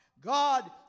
God